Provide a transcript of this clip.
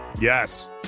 Yes